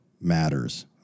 matters